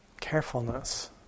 carefulness